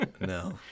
No